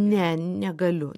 ne negaliu